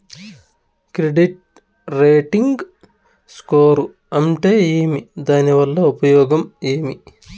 Credit rating score అంటే ఏమి దాని వల్ల ఉపయోగం ఏమి?